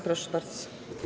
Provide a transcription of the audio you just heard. Proszę bardzo.